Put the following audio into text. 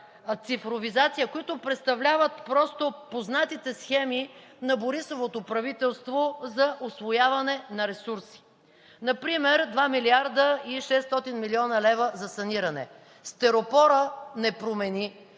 цифровизация, които представляват просто познатите схеми на Борисовото правителство за усвояване на ресурси – например 2 млрд. 600 млн. лв. за саниране. Стиропорът не промени